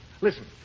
Listen